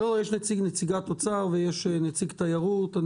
יש נציגת אוצר, ויש נציג תיירות.